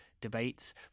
debates